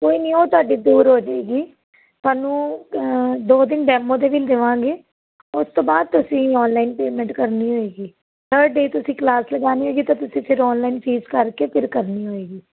ਕੋਈ ਨਹੀਂ ਉਹ ਤੁਹਾਡੇ ਦੂਰ ਹੋ ਜਾਏਗੀ ਸਾਨੂੰ ਦੋ ਦਿਨ ਡੈਮੋ ਦੇ ਵੀ ਦੇਵਾਂਗੇ ਉਸ ਤੋਂ ਬਾਅਦ ਤੁਸੀਂ ਆਨਲਾਈਨ ਪੇਮੈਂਟ ਕਰਨੀ ਹੋਏਗੀ ਹਰ ਡੇ ਤੁਸੀਂ ਕਲਾਸ ਲਗਾਉਣੀ ਹੈਗੀ ਤਾਂ ਤੁਸੀਂ ਫਿਰ ਆਨਲਾਈਨ ਫੀਸ ਕਰਕੇ ਫਿਰ ਕਰਨੀ ਹੋਏਗੀ